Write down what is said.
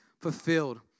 fulfilled